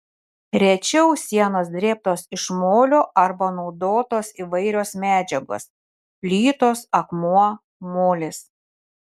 rečiau sienos drėbtos iš molio arba naudotos įvairios medžiagos plytos akmuo molis